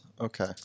Okay